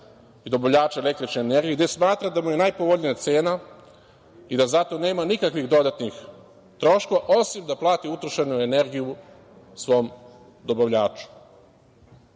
i dobavljača električne energije, za koga smatra da mu je najpovoljnija cena i da za to nema nikakvih dodatnih troškova, osim da plati utrošenu energiju svom dobavljaču.U